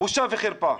בושה וחרפה.